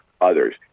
others